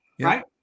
Right